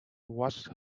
washed